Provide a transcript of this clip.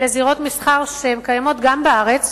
אלה זירות מסחר שקיימות גם בארץ,